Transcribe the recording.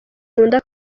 nkunda